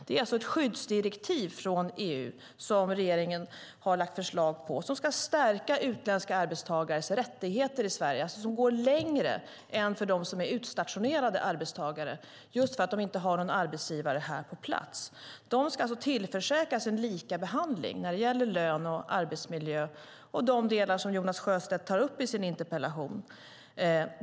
Det är alltså ett skyddsdirektiv från EU som regeringen har lagt fram ett förslag på. Det ska stärka utländska arbetstagares rättigheter i Sverige. Det går längre än för dem som är utstationerade arbetstagare, just för att det inte har någon arbetsgivare på plats. De ska tillförsäkras en likabehandling när det gäller lön, arbetsmiljö och de delar som Jonas Sjöstedt tar upp i sin interpellation.